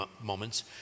moments